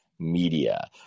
media